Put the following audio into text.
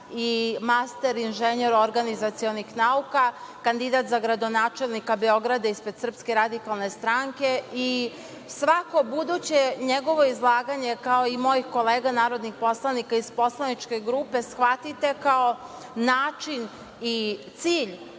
i master inženjer organizacionih nauka, kandidat za gradonačelnika Beograda ispred SRS. Svako buduće njegovo izlaganje, kao i mojih kolega narodnih poslanika iz poslaničke grupe, shvatite kao način i cilj